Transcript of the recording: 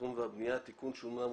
התכנון והבנייה (תיקון - שומה מוסכמת),